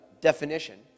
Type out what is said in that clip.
definition